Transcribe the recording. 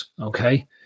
okay